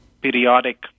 periodic